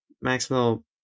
Maxwell